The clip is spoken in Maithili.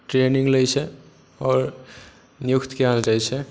ट्रेनिङ्ग लै छै आओर नियुक्त कएल जाइ छै